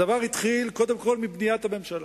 הדבר התחיל קודם כול מבניית הממשלה.